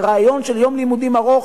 זה רעיון של יום לימודים ארוך.